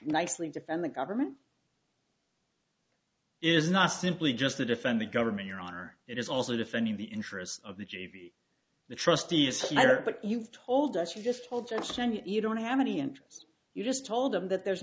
nicely defend the government is not simply just to defend the government your honor it is also defending the interests of the j v the trustee is here but you've told us you just told us and you don't have any interest you just told them that there's